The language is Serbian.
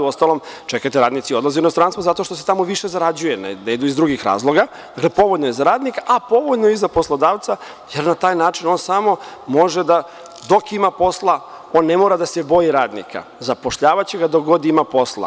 Uostalom, radnici i odlaze u inostranstvo zato što se tamo više zarađuje, ne idu iz drugih razloga, povoljno je za radnika, a povoljno je i za poslodavca, jer na taj način on samo može da dok ima posla on ne mora da se boji radnika, zapošljavaće ga dok god ima posla.